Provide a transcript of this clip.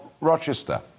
Rochester